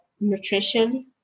nutrition